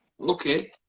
Okay